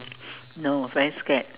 no very scared